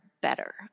better